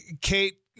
Kate